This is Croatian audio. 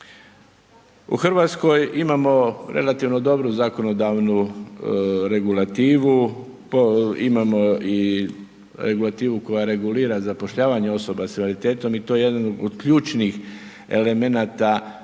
U Hrvatskoj imamo relativno dobru zakonodavnu regulativu, imamo i regulativu koja regulira zapošljavanje osoba sa invaliditetom i to je jedan od ključnih elemenata